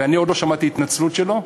ואני עוד לא שמעתי התנצלות שלו,